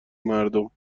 مردم